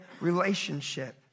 relationship